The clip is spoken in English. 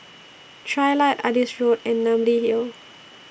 Trilight Adis Road and Namly Hill